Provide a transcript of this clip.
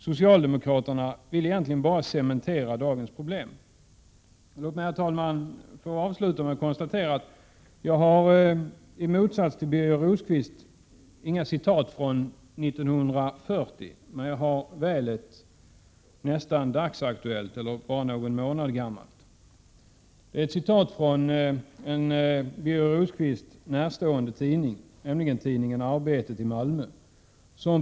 Socialdemokraterna vill egentligen bara cementera dagens problem. Herr talman! I motsats till Birger Rosqvist har jag inget citat från 1940, men väl ett som bara är någon månad gammalt. Det är citat från en Birger Rosqvist närstående tidning, nämligen tidningen Arbetet i Malmö.